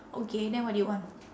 okay then what do you want